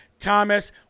Thomas